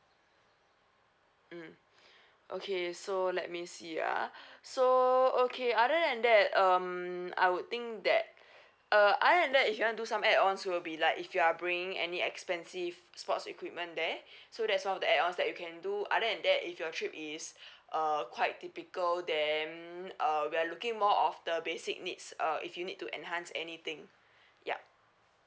mm okay so let me see ah so okay other than that um I would think that uh other than that if you want to do some add ons will be like if you are bringing any expensive sports equipment there so that's one of the add ons that you can do other than that if your trip is err quite typical then uh we are looking more of the basic needs uh if you need to enhance anything yup